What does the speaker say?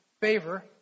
favor